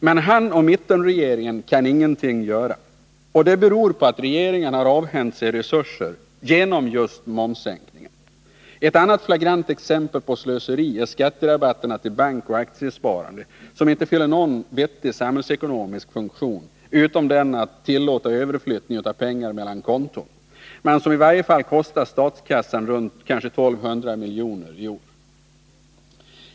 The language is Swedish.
Men han och mittenregeringen kan ingenting göra. Det beror på att regeringen har avhänt sig resurser genom just momssänkningen. Ett annat flagrant exempel på slöseri är skatterabatterna till bankoch aktiesparande, vilka inte fyller någon vettig samhällsekonomisk funktion — utom den att tillåta överflyttning av pengar mellan konton — men vilka i varje fall kostar statskassan runt 1 200 miljoner i år.